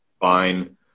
fine